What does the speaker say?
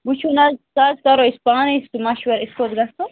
وٕچھُو نہ حظ سُہ حظ کَرَو أسۍ پانَے سُہ مَشوَر أسۍ کوٚت گژھو